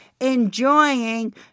enjoying